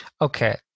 Okay